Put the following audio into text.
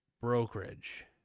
brokerage